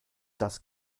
das